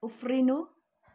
उफ्रिनु